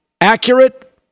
accurate